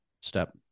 step